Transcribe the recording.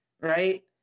right